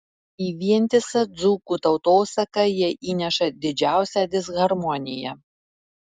į vientisą dzūkų tautosaką jie įneša didžiausią disharmoniją